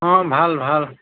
অঁ ভাল ভাল